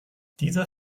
dieser